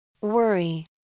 Worry